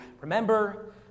remember